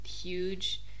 huge